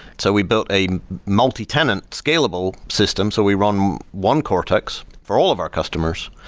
so we built a multitenant scalable system. so we run one cortex for all of our customers,